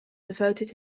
devoted